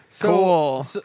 Cool